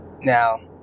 Now